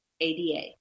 ADA